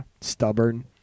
stubborn